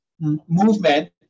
movement